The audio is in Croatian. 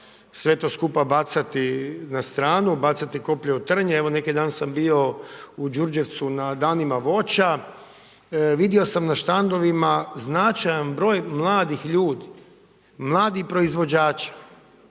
sve to skupa bacati na stranu, bacati koplje o trn. Evo neki dan sam bio u Đurđevcu na danima voća. Vidio sam na štandovima značajan broj mladih ljudi, mladih proizvođača,